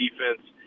defense